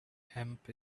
hemp